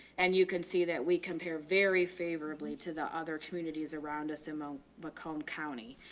and you can see that we compare very favorably to the other communities around us and mo mccomb county.